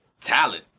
talent